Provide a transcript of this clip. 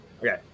Okay